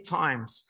times